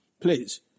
Please